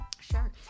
Sure